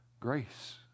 grace